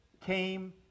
came